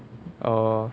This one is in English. oh